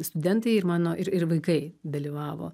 studentai ir mano ir ir vaikai dalyvavo